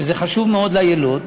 שזה חשוב מאוד ליילוד,